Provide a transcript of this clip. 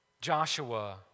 Joshua